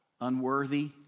Unworthy